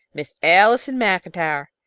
miss allison maclntyre,